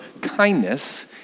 kindness